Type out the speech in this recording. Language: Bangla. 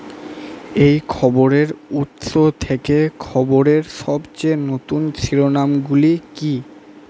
এই খবরের উৎস থেকে খবরের সবচেয়ে নতুন শিরোনামগুলি কী